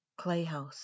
Clayhouse